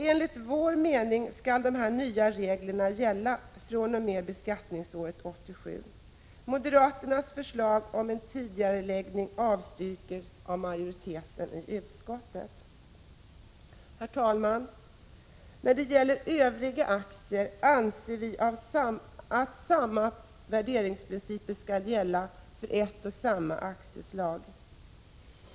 Enligt vår mening skall de nya reglerna gälla fr.o.m. beskattningsåret 1987. Moderaternas förslag om en tidigareläggning avstyrks av majoriteten i utskottet. Herr talman! När det gäller övriga aktier anser vi att samma värderingsprinciper skall gälla för ett och samma aktieslag.